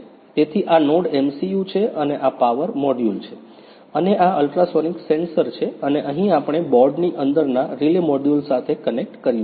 તેથી આ NodeMCU છે અને આ પાવર મોડ્યુલ છે અને આ અલ્ટ્રાસોનિક સેન્સર છે અને અહીં આપણે બોર્ડની અંદરના રિલે મોડ્યુલ સાથે કનેક્ટ કર્યું છે